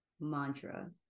mantra